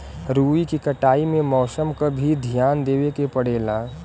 रुई के कटाई में मौसम क भी धियान देवे के पड़ेला